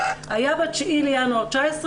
היה ב-9.1.19,